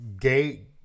Gay